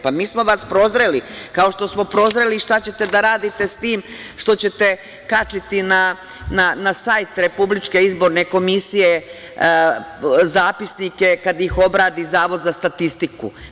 Pa, mi smo vas prozreli, kao što smo prozreli šta ćete da radite s tim što ćete kačiti na sajt RIK zapisnike kad ih obradi Zavod za statistiku.